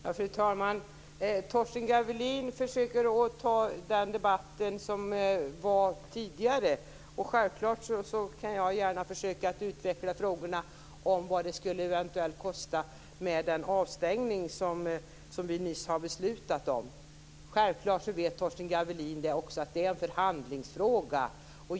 Fru talman! Torsten Gavelin försöker ta samma debatt som tidigare fördes. Självklart försöker jag gärna utveckla ett resonemang om vad den avstängning kan kosta som vi nyss har beslutat om. Givetvis vet också Torsten Gavelin att detta är en förhandlingsfråga.